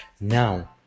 now